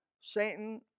Satan